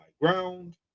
ground